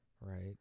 Right